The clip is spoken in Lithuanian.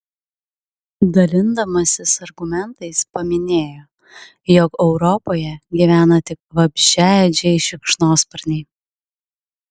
dalindamasis argumentais paminėjo jog europoje gyvena tik vabzdžiaėdžiai šikšnosparniai